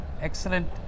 excellent